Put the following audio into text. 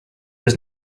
was